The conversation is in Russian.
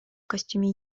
костюме